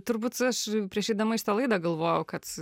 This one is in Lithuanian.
turbūt aš prieš eidama į šitą laidą galvojau kad